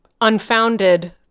unfounded